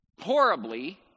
horribly